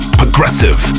progressive